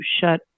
shut